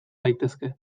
daitezke